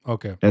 Okay